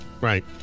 Right